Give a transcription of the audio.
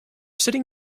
sitting